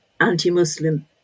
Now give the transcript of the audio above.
anti-Muslim